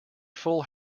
full